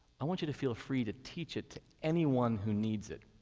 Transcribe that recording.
i want you to feel free to teach it to anyone who needs it,